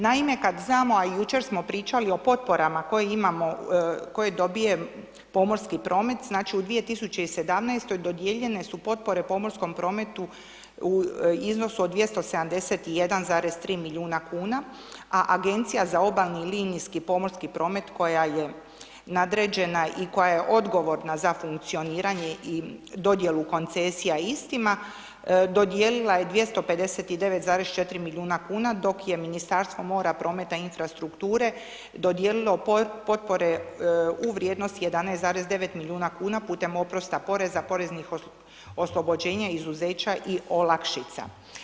Naime, kad znamo a i jučer smo pričali o potporama koje imamo, koje dobije pomorski promet znači u 2017. dodijeljene su potpore pomorskom prometu u iznosu od 271,3 milijuna kuna, a Agencija za obalni, linijski pomorski promet koja je nadređena i koja je odgovorna za funkcioniranje i dodjelu koncesija istima, dodijelila je 259,4 milijuna kuna dok je Ministarstvo mora, prometa i infrastrukture dodijelilo potpore u vrijednosti 11,9 miliona kuna putem oprosta poreza, poreznih oslobođenja, izuzeća i olakšica.